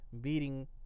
beating